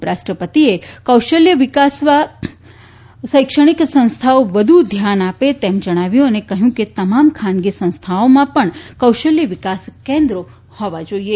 ઉપરાષ્ટ્રપતિએ કૌશલ્ય વિકસાવવા પર શૈક્ષણિક સંસ્થાઓ વ્ધુ ધ્યાન આપે તેમ જણાવ્યું અને કહ્યું કે તમામ ખાનગી સંસ્થાઓમાં પણ કૌશલ્ય વિકાસ કેન્દ્રો હોવાં જોઇએ